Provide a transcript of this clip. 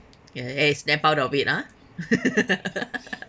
ya eh snap out of it ah